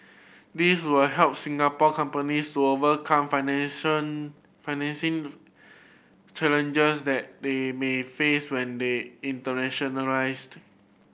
these will help Singapore companies to overcome financing challenges that they may face when they internationalised